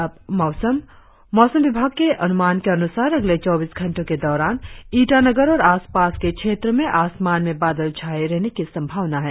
और अब मौसम मौसम विभाग के अनुमान के अनुसार अगले चौबीस घंटो के दौरान ईटानगर और आसपास के क्षेत्रो में आसमान में बादल छाये रहने की संभावना है